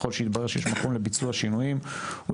ככל שיתברר שיש מכון לביצוע שינויים הוא